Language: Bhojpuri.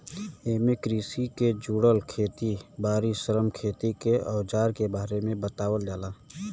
एमे कृषि के जुड़ल खेत बारी, श्रम, खेती के अवजार के बारे में बतावल जाला